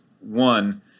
one